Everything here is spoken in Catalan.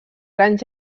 grans